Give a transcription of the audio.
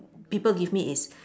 people give me is